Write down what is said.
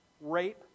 rape